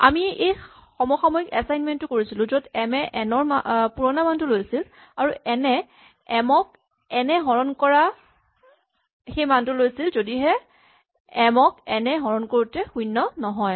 আমি এই সমসাময়িক এচাইমেন্ট টো কৰিছিলো য'ত এম এ এন ৰ পুৰণা মানটো লৈছিল আৰু এন এ এম ক এন এ হৰণ কৰা মানটো লৈছিল যদিহে এম ক এন এ হৰণ কৰোতে শূণ্য নহয়